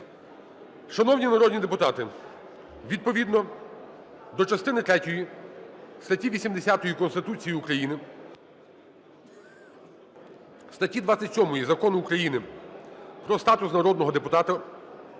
Шановні народні депутати, відповідно до частини третьої статті 80 Конституції України статті 27 Закону України "Про статус народного депутата"